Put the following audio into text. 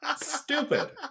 Stupid